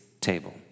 table